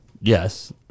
Yes